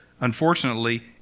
unfortunately